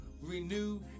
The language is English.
renew